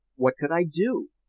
what could i do?